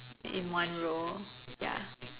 in one row ya